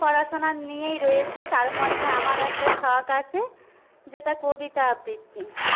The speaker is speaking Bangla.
পড়াশোনা নিয়েই রয়েছি তার মধ্যে আমারও একটা শখ আছে যেটা কবিতা আবৃত্তি